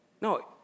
No